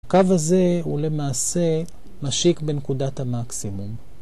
הקו הזה הוא למעשה משיק בנקודת המקסימום.